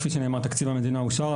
כפי שנאמר תקציב המדינה אושר,